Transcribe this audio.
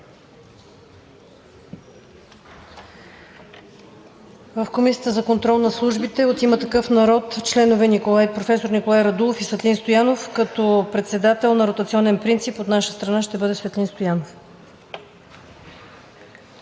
В Комисията за контрол над службите от „Има такъв народ“ членове професор Николай Радулов и Светлин Стоянов, като председател на ротационен принцип от наша страна ще бъде Светлин Стоянов.